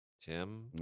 Tim